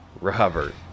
Robert